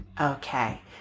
Okay